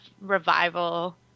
Revival